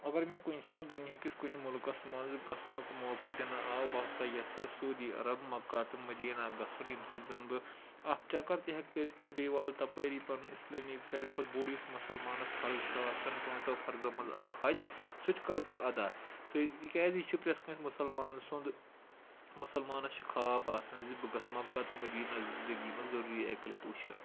اگر مےٚ کُنہِ ساتہٕ دُنیہِکِس کُنہِ مُلکَس منٛز گژھنُک موقعہٕ دِنہٕ آو بہٕ ہسا یَژھٕ سعوٗدی عرب مکّہ تہٕ مدیٖنہ گژھُن ییٚمہِ سۭتۍ زَنہٕ بہٕ اَکھ چَکَر تہِ ہٮ۪کہٕ کٔرِتھ تہٕ بیٚیہِ والہٕ تَپٲری پَنُن اِسلٲمی ساروی کھۄتہٕ بوٚڈ یُس مُسلمانَس فرض چھُ آسان پانٛژو فرضو منٛز اَکھ حَج سُہ تہِ کَرٕ بہٕ اَدا تہٕ تکیازِ یہِ چھِ پرٛٮ۪تھ کٲنٛسہِ مُسلمان سُںٛد مُسلمانَس چھِ خاب آسان زِ بہٕ گژھٕ مَکّہ تہٕ مدیٖنہ زِندگی منٛز ضروٗری اَکہِ لَٹہِ وُچھُن